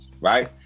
right